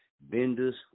Benders